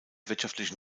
wirtschaftliche